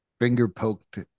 finger-poked